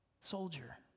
soldier